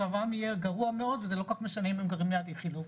מצבם יהיה גרוע מאוד וזה לא כל כך אם הם משנה אם הם גרים ליד איכילוב,